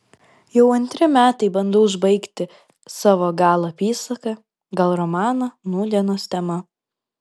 jau antri metai bandau užbaigti savo gal apysaką gal romaną nūdienos tema